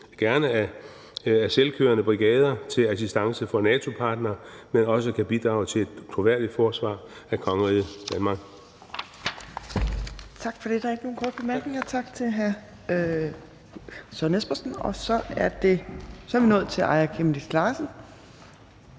gerne af selvkørende brigader til assistance for NATO-partnere, dels kan bidrage til et troværdigt forsvar af kongeriget Danmark.